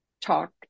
talk